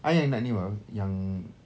I yang nak ni apa yang